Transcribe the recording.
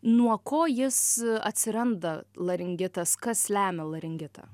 nuo ko jis atsiranda laringitas kas lemia laringitą